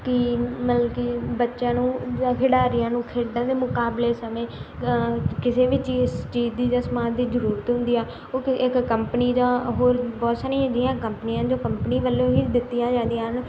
ਕਿ ਮਤਲਬ ਕਿ ਬੱਚਿਆਂ ਨੂੰ ਜਾਂ ਖਿਡਾਰੀਆਂ ਨੂੰ ਖੇਡਣ ਦੇ ਮੁਕਾਬਲੇ ਸਮੇਂ ਕਿਸੇ ਵੀ ਚੀਜ਼ ਚੀਜ਼ ਦੀ ਜਾਂ ਸਮਾਨ ਦੀ ਜ਼ਰੂਰਤ ਹੁੰਦੀ ਹੈ ਉਹ ਇੱਕ ਕੰਪਨੀ ਜਾਂ ਹੋਰ ਬਹੁਤ ਸਾਰੀਆਂ ਅਜਿਹੀਆਂ ਕੰਪਨੀਆਂ ਜੋ ਕੰਪਨੀ ਵਲੋਂ ਹੀ ਦਿੱਤੀਆਂ ਜਾਂਦੀਆਂ ਹਨ